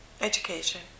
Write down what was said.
Education